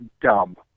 dumb